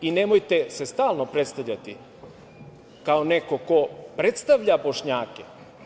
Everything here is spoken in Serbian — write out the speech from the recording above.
Nemojte se stalno predstavljati kao neko ko predstavlja Bošnjake.